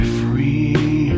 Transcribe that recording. free